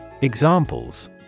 Examples